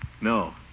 No